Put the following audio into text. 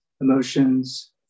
emotions